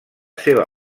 seva